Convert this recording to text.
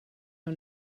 nhw